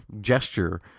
gesture